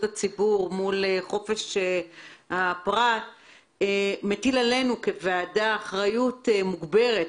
הציבור אל מול חופש הפרט מטיל עלינו כוועדה אחריות מוגברת